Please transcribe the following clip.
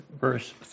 verse